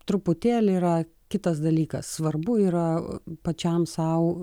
truputėlį yra kitas dalykas svarbu yra pačiam sau